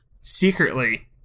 secretly